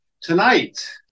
Tonight